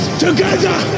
together